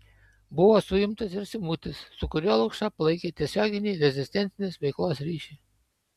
buvo suimtas ir simutis su kuriuo lukša palaikė tiesioginį rezistencinės veiklos ryšį